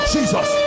Jesus